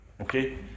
okay